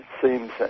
seems